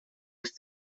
els